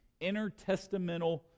intertestamental